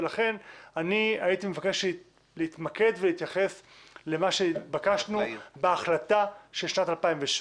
לכן אני הייתי מבקש להתמקד ולהתייחס למה שהתבקשנו בהחלטה של שנת 2017,